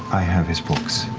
i have his books.